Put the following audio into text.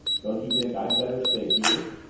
don't you think i'd better stay here?